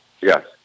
Yes